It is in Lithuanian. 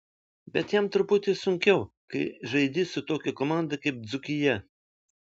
bet jam truputį sunkiau kai žaidi su tokia komanda kaip dzūkija